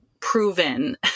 proven